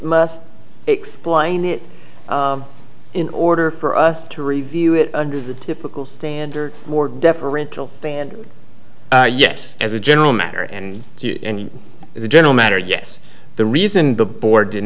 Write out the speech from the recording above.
must explain it in order for us to review it under the typical standard more deferential standard yes as a general matter and any as a general matter yes the reason the board did